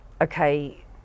okay